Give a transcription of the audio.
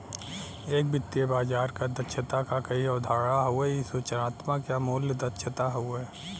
एक वित्तीय बाजार क दक्षता क कई अवधारणा हउवे इ सूचनात्मक या मूल्य दक्षता हउवे